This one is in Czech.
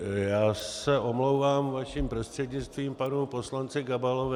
Já se omlouvám, vaším prostřednictvím panu poslanci Gabalovi.